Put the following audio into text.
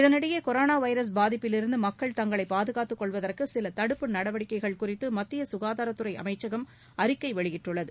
இதனிடையே corona virus பாதிப்பிலிருந்து மக்கள் தங்களை பாதுகாத்துக் கொள்வதற்கு சில தடுப்பு நடவடிக்கைகள் குறித்து மத்திய சுகாதாரத் துறை அமைச்சகம் அறிக்கை வெளியிட்டுள்ளது